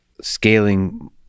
scaling